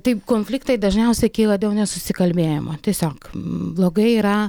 tai konfliktai dažniausiai kyla dėl nesusikalbėjimo tiesiog blogai yra